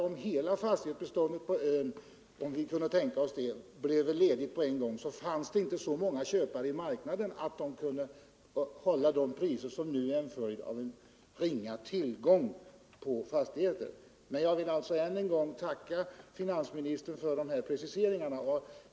Om hela fastighetsbeståndet på en ö — om vi kunde tänka oss det — blev ledigt på en gång, så fanns det inte så många köpare på marknaden att de priser skulle kunna hållas som nu är en följd av ringa tillgång på fastigheter. Jag vill alltså än en gång tacka finansministern för de preciseringar han gjort.